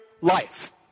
life